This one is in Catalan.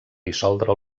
dissoldre